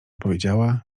powiedziała